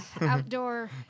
outdoor